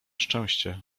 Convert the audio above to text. szczęście